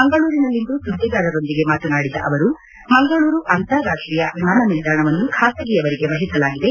ಮಂಗಳೂರಿನಲ್ಲಿಂದು ಸುದ್ದಿಗಾರರೊಂದಿಗೆ ಮಾತನಾಡಿದ ಅವರು ಮಂಗಳೂರು ಅಂತಾರಾಷ್ಷೀಯ ವಿಮಾನ ನಿಲ್ದಾಣವನ್ನು ಖಾಸಗಿಯವರಿಗೆ ವಹಿಸಲಾಗಿದೆ